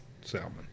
Salmon